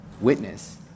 witness